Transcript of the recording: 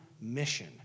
mission